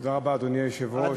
תודה רבה, אדוני היושב-ראש.